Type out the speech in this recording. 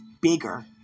bigger